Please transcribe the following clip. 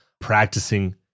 practicing